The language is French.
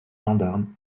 gendarme